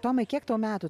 tomai kiek tau metų